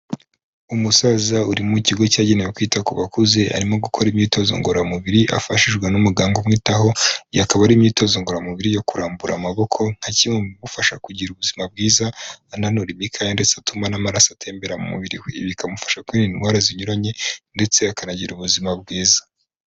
Umusaza uri mu kigo cyagenewe kwita ku bakuze arimo gukora imyitozo ngororamubiri afashishwa n'umuganga umwitaho, iyi akaba ari imyitozo ngororamubiri yo kurambura amaboko nka kimwe mu bigufasha kugira ubuzima bwiza ananura imikaya ndetse atuma n'amaraso atembera mubiri we, ibi bikamufasha kwirinda indwara zinyuranye ndetse akanagira ubuzima bwiza.